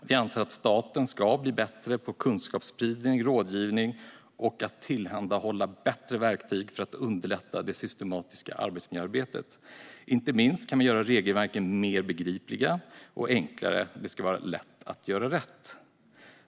Vi anser att staten ska bli bättre på kunskapsspridning och rådgivning och tillhandahålla bättre verktyg för att underlätta det systematiska arbetsmiljöarbetet. Inte minst kan man göra regelverken mer begripliga och enklare. Det ska vara lätt att göra rätt.